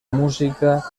música